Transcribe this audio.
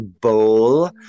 bowl